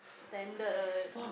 standard